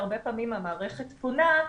הרבה פעמים המערכת פונה,